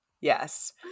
Yes